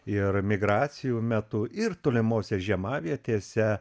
ir migracijų metu ir tolimose žiemavietėse